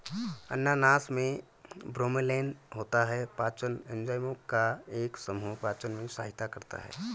अनानास में ब्रोमेलैन होता है, पाचन एंजाइमों का एक समूह पाचन में सहायता करता है